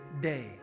day